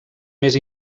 més